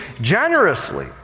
generously